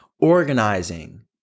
organizing